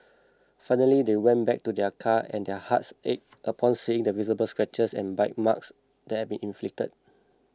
finally they went back to their car and their hearts ached upon seeing the visible scratches and bite marks that had been inflicted